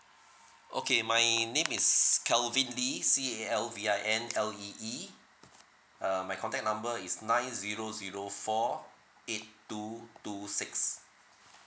okay my name is calvin lee C A L V I N L E E uh my contact number is nine zero zero four eight two two six